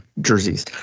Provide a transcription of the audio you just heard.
jerseys